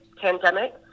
pandemic